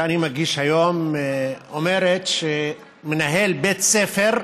שאני מגיש היום אומרת שמנהל בית ספר,